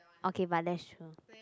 okay but that's true